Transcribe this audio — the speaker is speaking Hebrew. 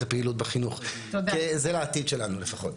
הפעילות בחינוך כי זה לעתיד שלנו לפחות.